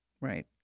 Right